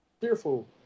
fearful